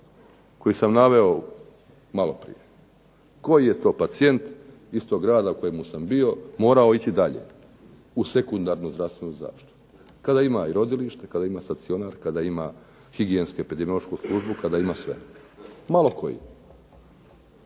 koji sam naveo maloprije. Koji je to pacijent iz tog grada u kojemu sam bio morao ići dalje u sekundarnu zdravstvenu zaštitu kada ima i rodilište, kada ima stacionar, kada ima higijensku službu, kada ima sve? Malo koji.